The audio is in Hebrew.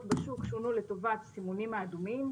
בשוק שונו לטובת סימונים האדומים,